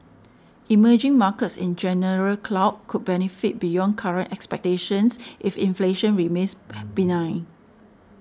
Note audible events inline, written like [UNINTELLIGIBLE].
emerging markets in general [UNINTELLIGIBLE] could benefit beyond current expectations if inflation remains benign